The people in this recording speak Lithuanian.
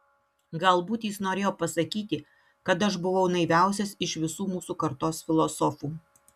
galbūt jis norėjo pasakyti kad aš buvau naiviausias iš visų mūsų kartos filosofų